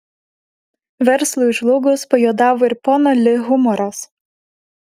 verslui žlugus pajuodavo ir pono li humoras